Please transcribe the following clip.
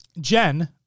Jen